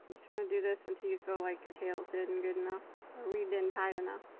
just want to do this until you feel like your tails hidden good enough or weaved in tight enough